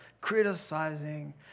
criticizing